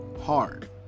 Hard